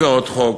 ועוד חוק,